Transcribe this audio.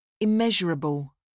Immeasurable